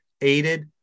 aided